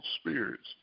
spirits